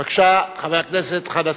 בבקשה, חבר הכנסת חנא